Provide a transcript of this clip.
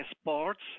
sports